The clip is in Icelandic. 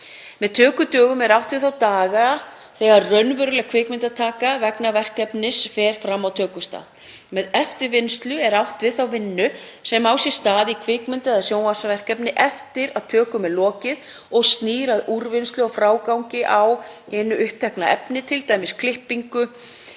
Með tökudögum er átt við þá daga þegar raunveruleg kvikmyndataka vegna verkefnis fer fram á tökustað. Með eftirvinnslu er átt við þá vinnu sem á sér stað í kvikmynda- eða sjónvarpsverkefni eftir að tökum er lokið og snýr að úrvinnslu og frágangi á hinu upptekna efni, t.d. klippingu,